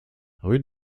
rue